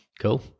Cool